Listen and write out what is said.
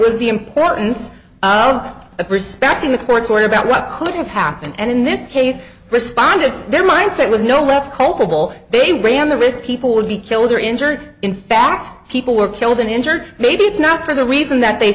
was the importance of respecting the court's worry about what could have happened and in this case responded their mindset was no less culpable they ran the risk people would be killed or injured in fact people were killed and injured maybe it's not for the reason that they